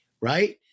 right